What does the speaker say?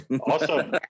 Awesome